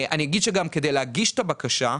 אני אגיד שגם כדי להגיש את הבקשה,